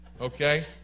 okay